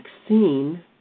vaccine